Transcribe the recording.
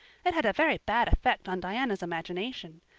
it had a very bad effect on diana's imagination.